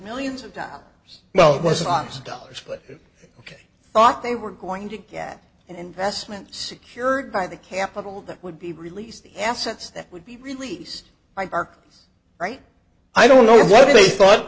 millions of dollars well it was honest dollars split ok i thought they were going to get an investment secured by the capital that would be released the assets that would be released by far right i don't know what they thought